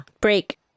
Break